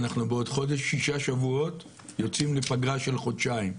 אנחנו בעוד חודש-שישה שבועות יוצאים לפגרה של חודשיים.